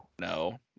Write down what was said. No